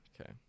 Okay